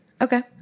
Okay